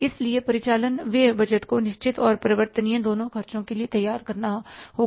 इसलिए परिचालन व्यय बजट को निश्चित और परिवर्तनीय दोनों खर्चों के लिए तैयार करना होगा